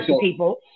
people